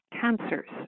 cancers